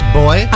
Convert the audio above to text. boy